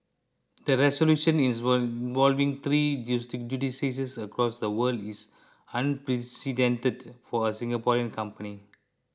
the resolution is three jurisdictions across the world is unprecedented for a Singaporean company